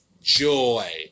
joy